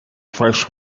fresh